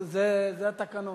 אתה יכול להישאר, זה התקנון.